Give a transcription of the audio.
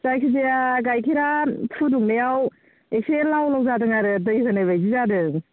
जायखिजाय गायखेरा फुदुंनायाव एसे लावलाव जादों आरो दै होनाय बायदि जादों